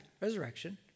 resurrection